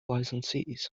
licensees